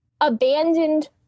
abandoned